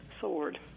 sword